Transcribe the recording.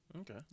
Okay